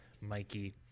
mikey